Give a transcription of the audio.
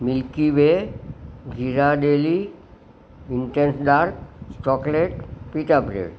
milky way હીરા daily interest dal chocolate pizza bread